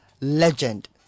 legend